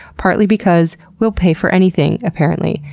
partly because we'll pay for anything apparently,